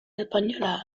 española